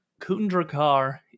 Kundrakar